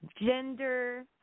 gender